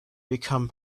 become